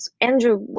Andrew